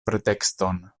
pretekston